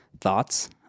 thoughts